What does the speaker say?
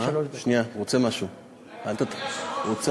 אדוני היושב-ראש, מי משיב